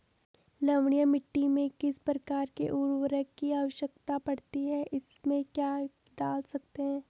लवणीय मिट्टी में किस प्रकार के उर्वरक की आवश्यकता पड़ती है इसमें क्या डाल सकते हैं?